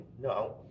No